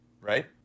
right